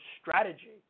strategy